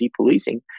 depolicing